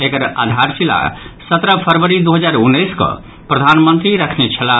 एकर आधारशिला सत्रह फरवरी दू हजार उन्नैस कऽ प्रधानमंत्री रखने छलाह